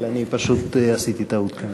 אבל פשוט עשיתי טעות ופספסתי את הרמת היד.